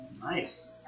Nice